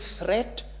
threat